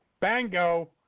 bango